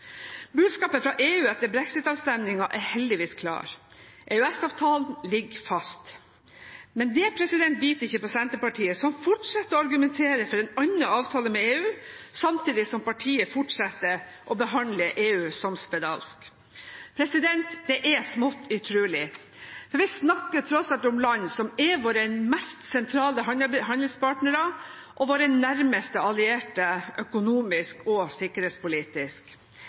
Budskapet fra EU etter brexit-avstemningen er heldigvis klar: EØS-avtalen ligger fast. Men det biter ikke på Senterpartiet, som fortsetter å argumentere for en annen avtale med EU, samtidig som partiet fortsetter å behandle EU som spedalsk. Det er smått utrolig, for vi snakker tross alt om land som er våre mest sentrale handelspartnere og våre nærmeste allierte økonomisk og sikkerhetspolitisk.